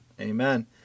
Amen